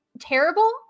terrible